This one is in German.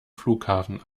flughafen